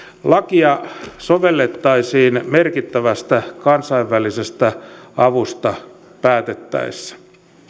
lakia sovellettaisiin merkittävästä kansainvälisestä avusta päätettäessä